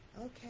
Okay